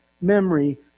memory